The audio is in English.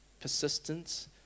persistence